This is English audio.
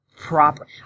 proper